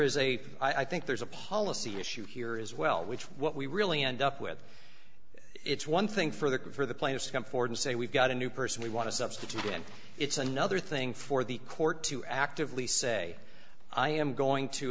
is a i think there's a policy issue here is well which what we really end up with it's one thing for the for the plaintiff to come forward and say we've got a new person we want to substitute and it's another thing for the court to actively say i am going to